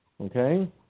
okay